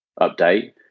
update